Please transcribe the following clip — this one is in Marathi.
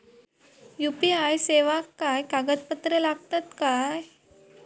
यू.पी.आय सेवाक काय कागदपत्र लागतत काय?